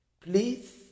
Please